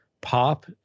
pop